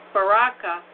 Baraka